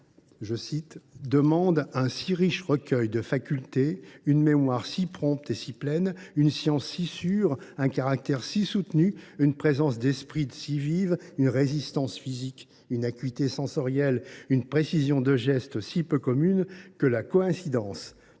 la chirurgie « demande un si riche recueil de facultés, une mémoire si prompte et si pleine, une science si sûre, un caractère si soutenu, une présence d’esprit si vive, une résistance physique, une acuité sensorielle, une précision des gestes si peu commune, que la coïncidence de